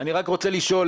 אני רק רוצה לשאול,